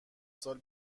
سال